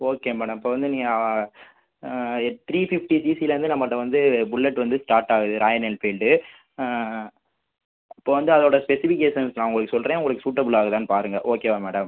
okay madam இப்போ வந்து நீ த்ரீ ஃபிஃப்டி சிசிலேருந்து நம்மள்ட்ட வந்து புல்லட் வந்து ஸ்டாட் ஆகுது ராயல் என்ஃபீல்டு இப்போ வந்து அதோடய ஸ்பெசிஃபிகேஷன்ஸ் நான் உங்களுக்கு சொல்கிறேன் உங்களுக்கு சூட்டபுள் ஆகுதான்னு பாருங்கள் ஓகேவா மேடம்